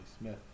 Smith